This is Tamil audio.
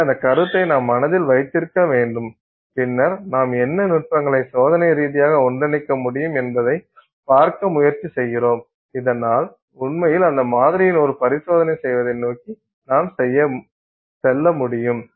எனவே அந்த கருத்தை நாம் மனதில் வைத்திருக்க வேண்டும் பின்னர் நாம் என்ன நுட்பங்களை சோதனை ரீதியாக ஒன்றிணைக்க முடியும் என்பதைப் பார்க்க முயற்சி செய்கிறோம் இதனால் உண்மையில் அந்த மாதிரியான ஒரு பரிசோதனையைச் செய்வதை நோக்கி நாம் செல்ல முடியும்